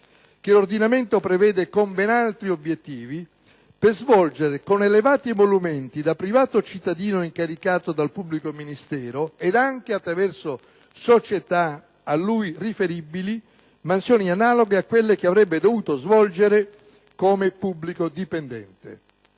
(che l'ordinamento prevede per ben altri obiettivi) per svolgere con elevati emolumenti, da privato cittadino incaricato dal pubblico ministero ed anche attraverso società a lui riferibili, mansioni analoghe a quelle che avrebbe dovuto svolgere come pubblico dipendente.